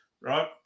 right